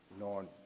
Lord